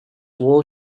wall